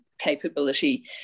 capability